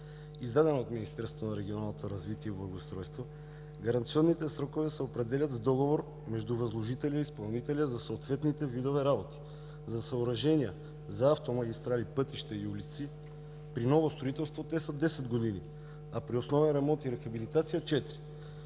издадена от Министерството на регионалното развитие и благоустройство, гаранционните срокове се определят с договор между възложителя и изпълнителя за съответните видове работи. За съоръжения, за автомагистрали, пътища и улици, при ново строителство те са десет години, а при основен ремонт и рехабилитация – четири.